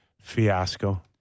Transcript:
fiasco